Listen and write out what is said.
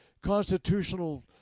constitutional